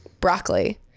broccoli